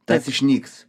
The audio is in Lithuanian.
tas išnyks